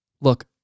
Look